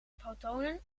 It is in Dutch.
protonen